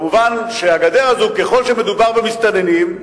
מובן שהגדר הזאת, ככל שמדובר במסתננים,